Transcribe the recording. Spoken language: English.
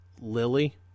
Lily